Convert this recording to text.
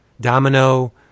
Domino